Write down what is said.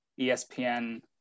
ESPN